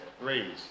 raise